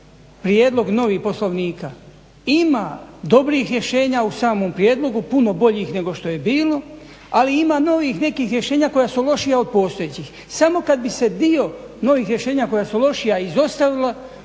Prijedlog novi Poslovnika ima dobrih rješenja u samom prijedlogu, puno boljih nego što je bilo ali ima novih nekih rješenja koja su lošija od postojećih. Samo kada bi se dio novih rješenja koja su lošija izostavila,